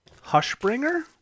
Hushbringer